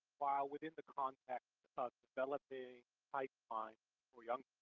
while within the context of developing pipelines for young